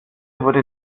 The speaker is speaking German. wurde